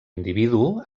individu